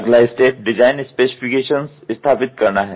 अगला step design specifications स्थापित करना है